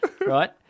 right